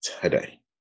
today